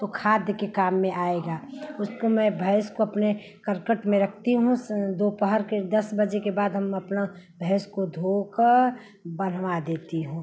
तो खाद के काम में आएगा उसको मैं भैंस को अपने करकट में रखती हूँ दोपहर के दस बजे के बाद हम अपनी भैंस को धोकर बन्हवा देती हूँ